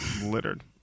littered